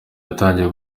yatangiye